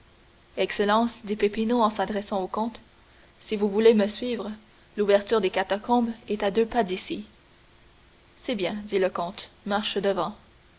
excellence dit peppino en s'adressant au comte si vous voulez me suivre l'ouverture des catacombes est à deux pas d'ici c'est bien dit le comte marche devant